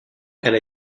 elle